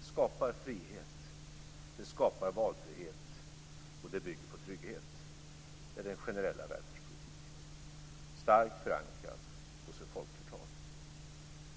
Det skapar frihet, det skapar valfrihet och det bygger på trygghet. Det är den generella välfärdspolitiken. Den är starkt förankrad hos folkflertalet.